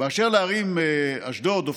בערים אשדוד, אופקים,